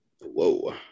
Whoa